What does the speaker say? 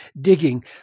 digging